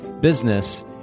business